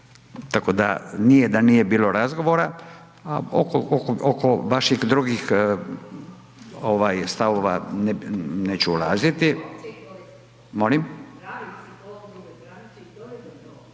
tako da nije da nije bilo razgovora a oko vaših drugih stavova neću ulaziti.